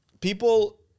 People